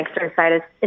exercise